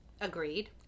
Agreed